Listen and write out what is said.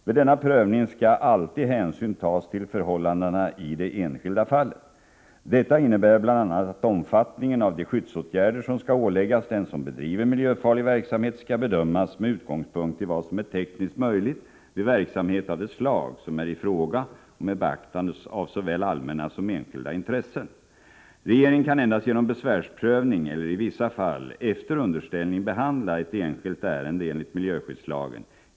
Vid denna prövning skall alltid hänsyn tas till förhållandena i det enskilda fallet. Detta innebär bl.a. att omfattningen av de skyddsåtgärder som skall åläggas den som bedriver miljöfarlig verksamhet skall bedömas med utgångspunkt i vad som är tekniskt möjligt vid verksamhet av det slag som är i fråga och med beaktande av såväl allmänna som enskilda intressen. Regeringen kan endast genom besvärsprövning eller i vissa fall efter underställning behandla ett enskilt ärende enligt miljöskyddslagen.